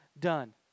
done